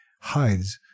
hides